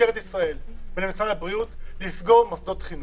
למשטרת ישראל ולמשרד הבריאות לסגור מוסדות חינוך.